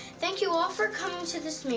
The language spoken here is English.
thank you all for coming to this